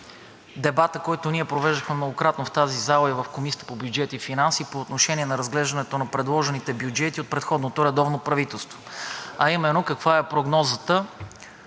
дебата, който ние многократно провеждахме в тази зала и в Комисията по бюджет и финанси по отношение на разглеждането на предложените бюджети от предходното редовно правителство, а именно каква е прогнозата